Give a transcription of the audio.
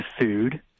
food